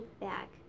back